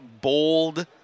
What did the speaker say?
bold